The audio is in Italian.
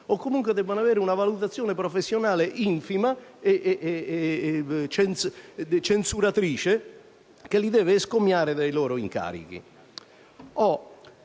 o comunque debbono avere una valutazione professionale infima e censuratrice, che li deve escomiare dai loro incarichi.